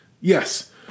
Yes